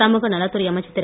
சமுகநலத்துறை அமைச்சர் திரு